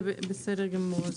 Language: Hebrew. בסדר גמור.